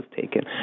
taken